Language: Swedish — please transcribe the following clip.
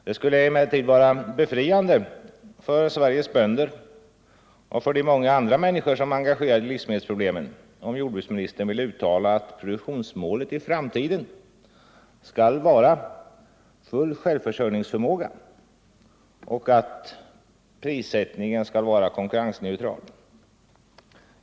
Det skulle emellertid vara befriande för Sveriges bönder och för de många andra människor som är engagerade i livsmedelsproblemen, om jordbruksministern ville uttala att produktionsmålet i framtiden skall vara full självförsörjningsförmåga och att prissättningen skall vara konkurrensneutral.